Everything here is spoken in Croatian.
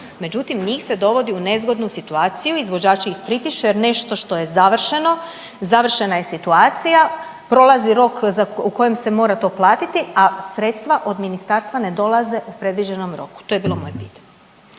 međutim njih se dovodi u nezgodnu situaciju, izvođači ih pritišću jer nešto što je završeno završena je situacija, prolazi rok u kojem se mora to platiti, a sredstva od ministarstva ne dolaze u predviđenom roku, to je bilo moje pitanje.